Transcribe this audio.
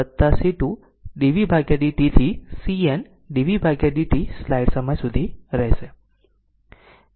તેથી તેથી જ તે C1 dvdt C2 dvdt થી CN dvdt સ્લાઇડ સમય સુધી રહેશે